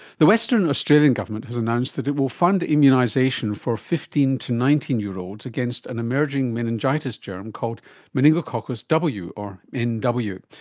the western australian government has announced that it will fund immunisation for fifteen to nineteen year olds against an emerging meningitis germ called meningococcus w, or men w.